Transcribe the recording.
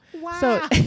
Wow